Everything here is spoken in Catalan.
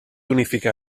unificar